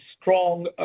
strong